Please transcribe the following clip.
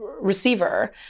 receiver